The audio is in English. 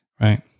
right